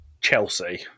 Chelsea